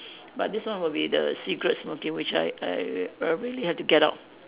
but this one will be the cigarette smoking which I I will probably have to get out